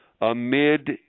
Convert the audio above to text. amid